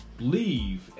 Leave